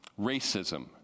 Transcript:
Racism